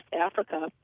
Africa